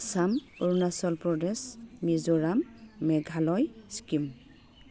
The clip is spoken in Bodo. आसाम अरुणाचल प्रदेश मिज'राम मेघालया सिक्किम